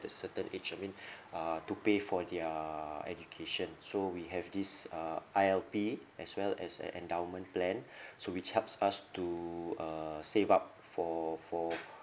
a certain age I mean uh to pay for their education so we have this uh I_L_P as well as an endowment plan so which helps us to uh save up for for